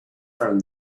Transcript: from